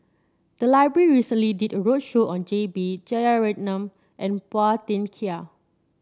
the library recently did a roadshow on J B Jeyaretnam and Phua Thin Kiay